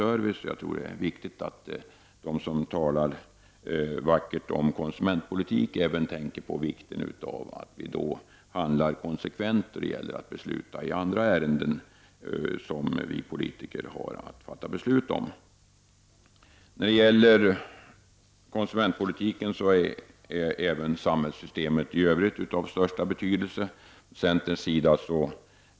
Jag tror därför att det är viktigt att de som talar vackert om konsumentpolitik även tänker på vikten av att vi handlar konsekvent när det gäller andra ärenden som vi politiker skall fatta beslut om. Även samhällssystemet i övrigt är av största betydelse när det gäller konsumentpolitiken.